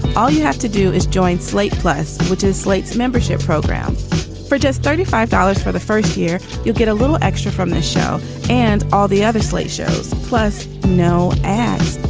all you have to do is join slate plus, which is slate's membership program for just thirty five dollars for the first year. you'll get a little extra from this show and all the other slate shows, plus no ads.